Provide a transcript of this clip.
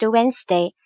Wednesday